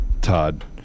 Todd